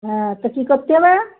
হ্যাঁ তা কী করতে হবে